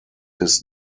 his